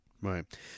Right